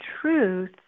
truth